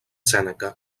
sèneca